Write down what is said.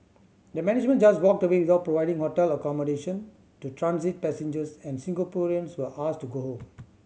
the management just walked away without providing hotel accommodation to transit passengers and Singaporeans were asked to go home